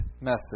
message